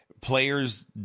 Players